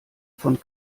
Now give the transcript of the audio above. von